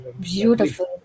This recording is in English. Beautiful